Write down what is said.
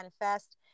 manifest